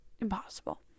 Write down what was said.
impossible